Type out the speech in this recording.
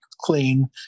clean